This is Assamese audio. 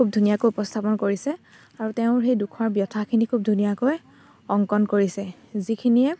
খুব ধুনীয়াকৈ উপস্থাপন কৰিছে আৰু তেওঁৰ সেই দুখৰ ব্যথাখিনি খুব ধুনীয়াকৈ অংকণ কৰিছে যিখিনিয়ে